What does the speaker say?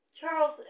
Charles